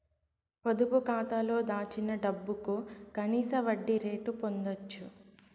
పొదుపు కాతాలో దాచిన డబ్బుకు కనీస వడ్డీ రేటు పొందచ్చు